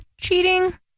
cheating